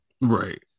Right